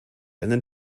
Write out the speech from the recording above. einen